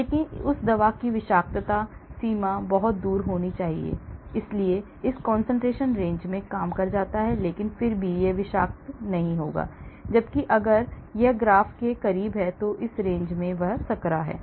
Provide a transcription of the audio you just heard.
लेकिन उस दवा की विषाक्त सीमा बहुत दूर होनी चाहिए बहुत दूर इसलिए इस concentration range में काम कर जाता है लेकिन फिर भी यह विषाक्त नहीं होगा जबकि अगर यह ग्राफ में करीब है तो यह रेंज संकरा है